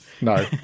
No